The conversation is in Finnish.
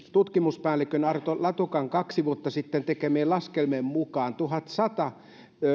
tutkimuspäällikön arto latukan kaksi vuotta sitten tekemien laskelmien mukaan tuhatsata